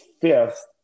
fifth